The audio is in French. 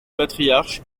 patriarche